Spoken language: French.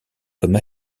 comme